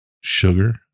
sugar